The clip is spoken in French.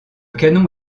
canon